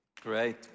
great